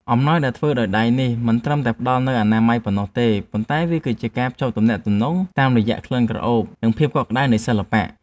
អំណោយដែលធ្វើដោយដៃនេះ មិនត្រឹមតែផ្តល់នូវអនាម័យប៉ុណ្ណោះទេ ប៉ុន្តែវាគឺជាការភ្ជាប់ទំនាក់ទំនងតាមរយៈក្លិនក្រអូប និងភាពកក់ក្ដៅនៃសិល្បៈ។។